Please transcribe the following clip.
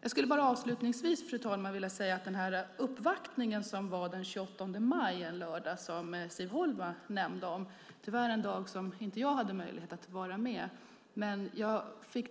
Jag skulle bara avslutningsvis, fru talman, vilja säga om den uppvaktning lördag den 28 maj som Siv Holma nämnde att jag tyvärr inte hade möjlighet att vara med den dagen.